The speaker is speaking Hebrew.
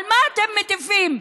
על מה אתם מטיפים?